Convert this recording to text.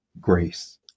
grace